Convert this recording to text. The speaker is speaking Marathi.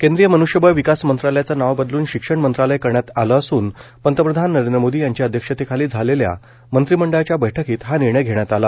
केंद्रीय मन्ष्यबळ विकास मंत्रालयाचं नाव बदलून शिक्षण मंत्रालय करण्यात आलं असून पंतप्रधान नरेंद्र मोदी यांच्या अध्यक्षतेखाली झालेल्या मंत्रिमंडळाच्या बैठकीत हा निर्णय घेण्यात आला